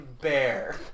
bear